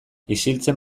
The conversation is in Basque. isiltzen